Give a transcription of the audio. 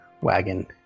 Wagon